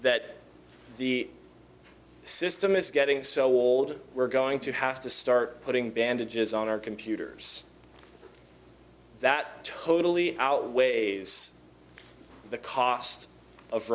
that the system is getting so old we're going to have to start putting bandages on our computers that totally outweighs the cost of